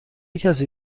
کسی